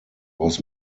was